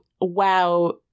wow